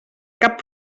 cap